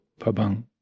pabang